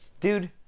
Dude